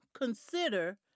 consider